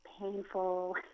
painful